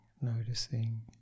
noticing